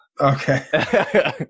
Okay